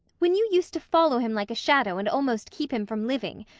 when you used to follow him like a shadow and almost keep him from living,